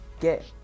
get